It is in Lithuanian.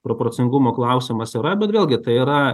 proporcingumo klausimas yra bet vėlgi tai yra